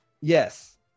Yes